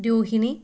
Rohini